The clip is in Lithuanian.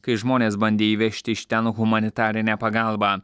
kai žmonės bandė įvežti iš ten humanitarinę pagalbą